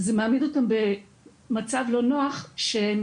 זה מעמיד אותם במצב לא נוח שהם